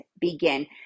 begin